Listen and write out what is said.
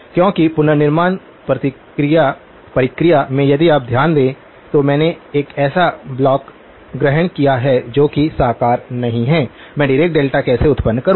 क्योंकि पुनर्निर्माण प्रक्रिया में यदि आप ध्यान दें तो मैंने एक ऐसा ब्लॉक ग्रहण किया है जो कि साकार नहीं है मैं डीरेक डेल्टा कैसे उत्पन्न करूं